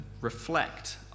reflect